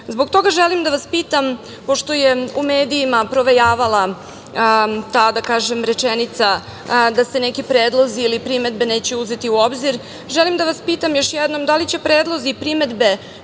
toga želim da vas pitam, pošto je u medijima provejavala ta, da kažem, rečenica da se neki predlozi ili primedbe neće uzeti u obzir, još jednom da li će predlozi i primedbe